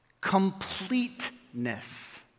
completeness